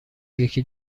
یکی